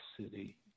city